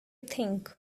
think